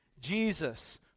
Jesus